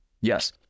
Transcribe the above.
Yes